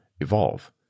evolve